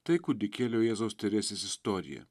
tai kūdikėlio jėzaus teresės istorija